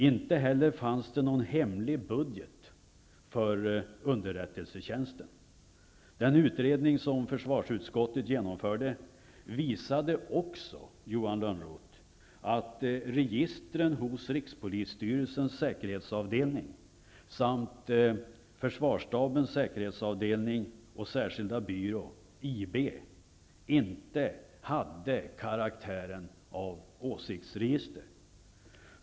Det fanns inte heller någon hemlig budget för underrättelsetjänsten. Den utredning som försvarsutskottet gjorde visade också, Johan Lönnroth, att registren hos rikspolisstyrelsens säkerhetsavdelning samt hos försvarsstabens säkerhetsavdelning och särskilda byrå, IB, inte hade karaktären av åsiktsregister.